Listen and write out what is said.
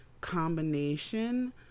combination